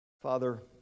Father